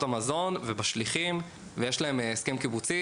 המזון ובשליחויות ויש להם הסכם קיבוצי,